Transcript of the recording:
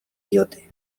diote